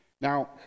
Now